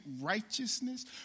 righteousness